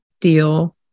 deal